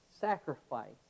sacrifice